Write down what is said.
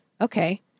okay